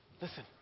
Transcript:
listen